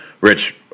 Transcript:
Rich